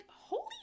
holy